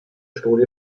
studie